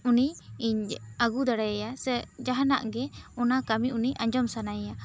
ᱩᱱᱤ ᱤᱧ ᱟᱹᱜᱩ ᱫᱟᱲᱮᱭᱟᱭᱟ ᱥᱮ ᱡᱟᱦᱟᱱᱟᱜ ᱜᱮ ᱚᱱᱟ ᱠᱟᱹᱢᱤ ᱩᱱᱤ ᱟᱸᱡᱚᱢ ᱥᱟᱱᱟᱭᱮᱭᱟ